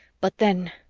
but then.